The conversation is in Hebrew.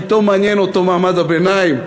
פתאום מעניין אותו מעמד הביניים.